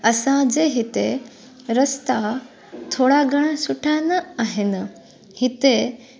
असांजे हिते रस्ता थोरा घणा सुठा न आहिनि हिते